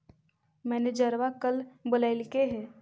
मैनेजरवा कल बोलैलके है?